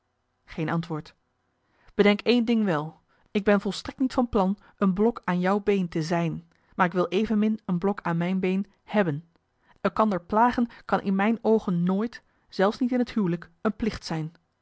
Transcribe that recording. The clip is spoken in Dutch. geen antwoord bedenk één ding wel ik ben volstrekt niet van plan een blok aan jou been te zijn maar ik wil evenmin een blok aan mijn been hebben elkander plagen kan in mijn oogen nooit zelfs niet in het huwelijk een plicht zijn